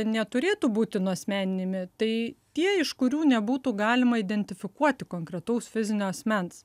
neturėtų būti nuasmeninami tai tie iš kurių nebūtų galima identifikuoti konkretaus fizinio asmens